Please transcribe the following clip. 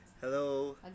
Hello